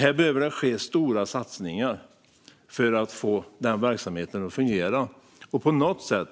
Här behöver det ske stora satsningar för att få verksamheten att fungera och på något sätt